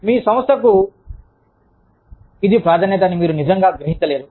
మీ సంస్థకు ఇది ప్రాధాన్యత అని మీరు నిజంగా గ్రహించలేరు